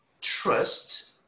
trust